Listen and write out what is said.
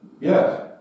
Yes